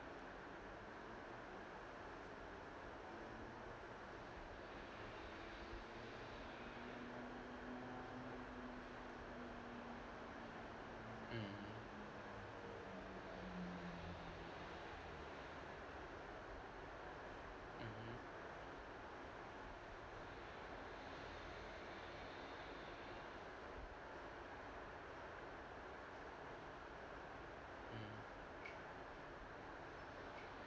mm mmhmm mm